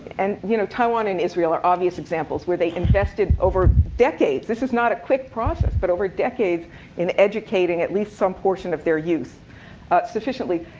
and you know taiwan and israel are obvious examples, where they invested over decades this is not a quick process but over decades in educating at least some portion of their youth sufficiently.